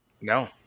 no